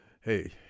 hey